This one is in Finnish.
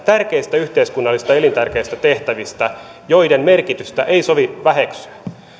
elintärkeistä yhteiskunnallisista tehtävistä joiden merkitystä ei sovi väheksyä